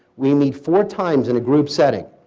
we meet four times in a group setting,